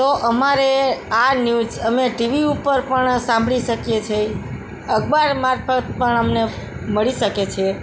તો અમારે આ ન્યૂઝ અમે ટીવી ઉપર પણ સાંભળી શકીએ છીએ અખબાર મારફત પણ અમને મળી શકે છે